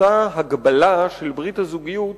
אותה הגבלה של ברית הזוגיות